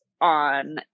on